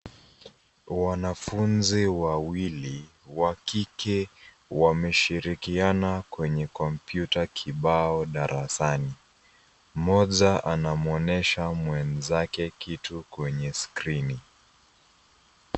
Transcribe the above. Wanafunzi wawili wa kike, wameshirikiana kwenye kompyuta kibao darasani. Mmoja anamuonesha mwenzake kitu kwenye skirini.